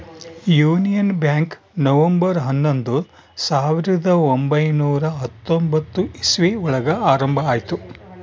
union Bank November ಹನ್ನೊಂದು ಸಾವಿರದ ಒಂಬೈನುರ ಹತ್ತೊಂಬತ್ತು ಇಸ್ವಿ ಒಳಗ ಆರಂಭ ಆಯ್ತು